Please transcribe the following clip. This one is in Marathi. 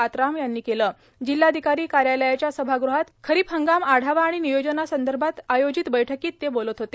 आत्राम जिल्हाधिकारी कार्यालयाच्या सभागृहात खरीप हंगाम आढावा आणि नियोजनासंदर्भात आयोजित बैठकीत ते बोलत होते